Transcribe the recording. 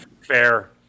Fair